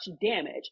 damage